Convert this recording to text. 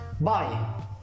bye